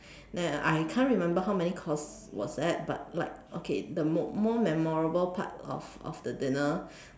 then I can't remember how many course was that but like okay the more memorable part of of the dinner